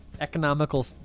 economical